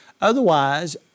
Otherwise